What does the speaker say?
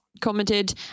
commented